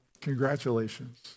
congratulations